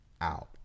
out